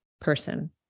person